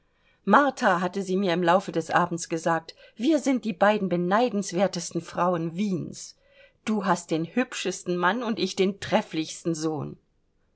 martha hatte sie mir im laufe des abends gesagt wir sind die beiden beneidenswertesten frauen wiens du hast den hübschesten mann und ich den trefflichsten sohn